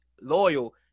loyal